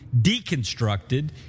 deconstructed